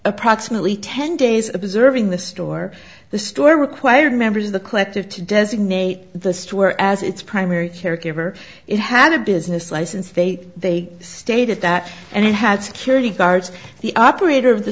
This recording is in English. approximately ten days observing the store the store required members of the collective to designate the store as its primary caregiver it had a business license they they stated that and it had security guards the operator of the